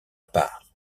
part